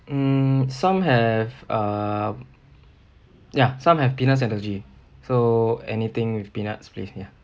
mm some have um ya some have peanuts allergy so anything with peanuts please ya